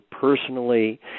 personally